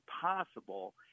possible